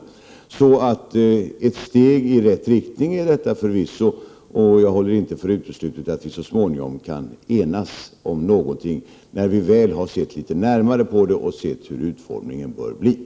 Detta är alltså förvisso ett steg i rätt riktning, och jag håller inte för uteslutet att vi så småningom kan enas i detta fall, när vi sett litet närmare på förslaget och tagit ställning till utformningen av en sådan utbildning.